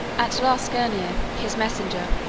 at last skirnir, his messenger,